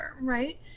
right